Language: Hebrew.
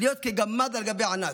להיות כגמד על גבי ענק.